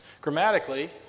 Grammatically